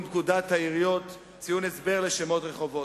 פקודת העיריות (ציון הסבר לשמות רחובות),